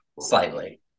Slightly